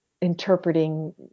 interpreting